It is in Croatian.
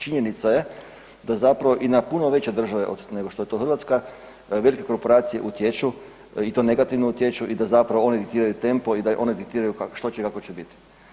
Činjenica je da zapravo i na puno veće države nego što je to Hrvatska velike korporacije utječu i to negativno utječu i da zapravo one diktiraju tempo i da one diktiraju što će i kako će biti.